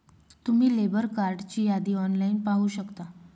तुम्ही लेबर कार्डची यादी ऑनलाइन पाहू शकता